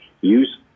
use